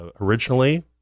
originally